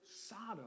Sodom